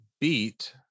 beat